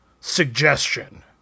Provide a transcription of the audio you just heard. suggestion